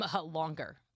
Longer